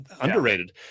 underrated